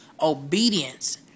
obedience